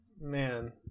man